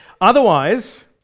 Otherwise